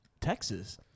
Texas